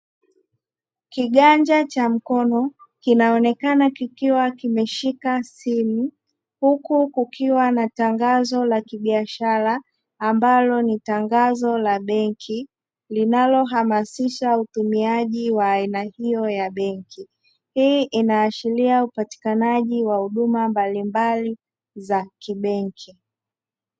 Kiganja cha mkono kinaonekana kikiwa kimeshika simu, huku kukiwa na tangazo la kibiashara ambalo ni tangazo la benki linalohamasisha utumiaji wa aina hiyo ya benki, hii inaashiria upatikanaji wa huduma mbalimbali za kibenki.